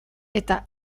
eta